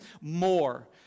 more